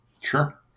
Sure